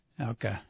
Okay